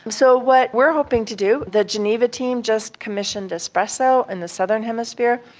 so what we are hoping to do, the geneva team just commissioned espresso in the southern hemisphere,